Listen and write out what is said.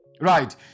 Right